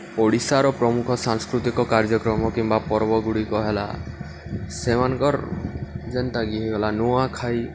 ଓଡ଼ିଶାର ପ୍ରମୁଖ ସାଂସ୍କୃତିକ କାର୍ଯ୍ୟକ୍ରମ କିମ୍ବା ପର୍ବଗୁଡ଼ିକ ହେଲା ସେମାନଙ୍କର୍ ଯେନ୍ତାକିି ହେଇଗଲା ନୂଆଖାଇ